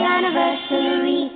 Anniversary